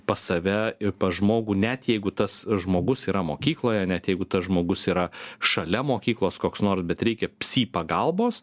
pas save ir pas žmogų net jeigu tas žmogus yra mokykloje net jeigu tas žmogus yra šalia mokyklos koks nors bet reikia psi pagalbos